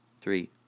Three